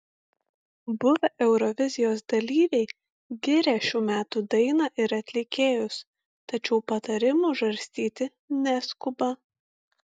buvę eurovizijos dalyviai giria šių metų dainą ir atlikėjus tačiau patarimų žarstyti neskuba